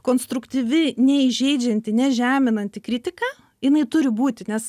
konstruktyvi neįžeidžianti nežeminanti kritika jinai turi būti nes